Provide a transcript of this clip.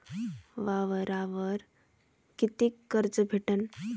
वावरावर कितीक कर्ज भेटन?